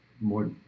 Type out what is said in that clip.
more